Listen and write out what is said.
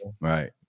Right